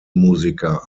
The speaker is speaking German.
musiker